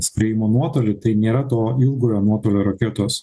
skriejimo nuotolį tai nėra to ilgojo nuotolio raketos